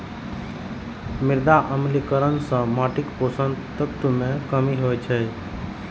मृदा अम्लीकरण सं माटिक पोषक तत्व मे कमी होइ छै